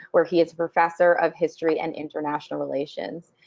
where he is a professor of history and international relations.